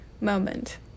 moment